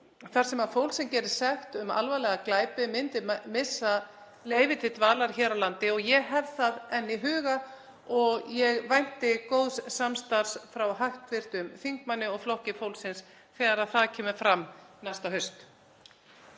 þar sem fólk sem gerist sekt um alvarlega glæpi myndi missa leyfi til dvalar hér á landi og ég hef það enn í huga og vænti góðs samstarfs frá hv. þingmanni og Flokki fólksins þegar það kemur fram næsta haust.